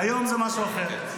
היום זה משהו אחר.